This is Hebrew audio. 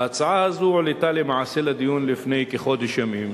ההצעה הזו הועלתה למעשה לדיון לפני כחודש ימים.